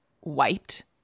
wiped